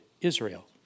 Israel